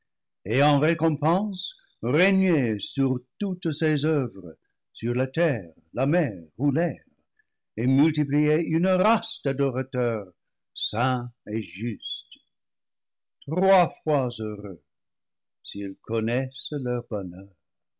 et en récompense régner sur toutes ses oeuvres sur la terre la mer ou l'air et multiplier une race d'adora teurs saints et justes trois fois heureux s'ils connaissent leur bonheur